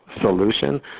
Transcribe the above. solution